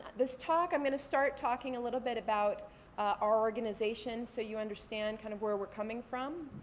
this talk, i'm gonna start talking a little bit about our organization so you understand kind of where we're coming from.